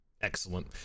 excellent